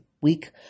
week